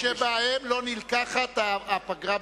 שבהם לא מובאת הפגרה בחשבון.